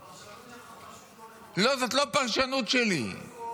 חבר הכנסת שטרן, הפרשנות שלך פשוט לא